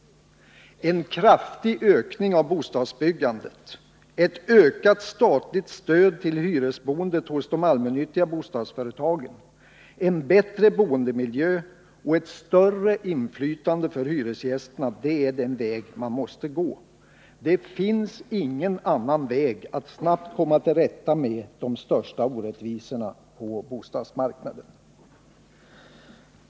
En kraftig ökning av bostadsbyggandet, ett ökat statligt stöd till hyresboendet hos de allmännyttiga bostadsföretagen, en bättre boendemiljö och ett större inflytande för hyresgästerna är den väg man måste gå. Det finns ingen annan väg att snabbt komma till rätta med de största orättvisorna på bostadsmarknaden.